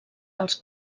dels